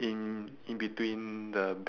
the one at the right